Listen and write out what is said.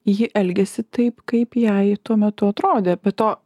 ji elgėsi taip kaip jai tuo metu atrodė be to